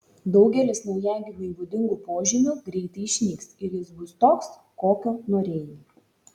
daugelis naujagimiui būdingų požymių greitai išnyks ir jis bus toks kokio norėjai